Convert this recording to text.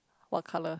what colour